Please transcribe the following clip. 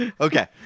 Okay